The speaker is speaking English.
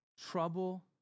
trouble